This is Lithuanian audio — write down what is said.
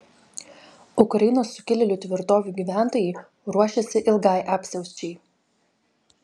ukrainos sukilėlių tvirtovių gyventojai ruošiasi ilgai apsiausčiai